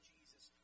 Jesus